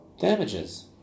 damages